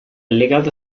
legata